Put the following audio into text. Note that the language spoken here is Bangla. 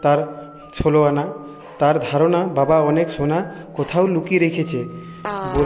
তার ষোলো আনা তার ধারণা বাবা অনেক সোনা কোথাও লুকিয়ে রেখেছে বোল